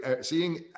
seeing